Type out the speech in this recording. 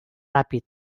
ràpid